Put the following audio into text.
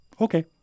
okay